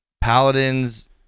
Paladins